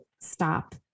stop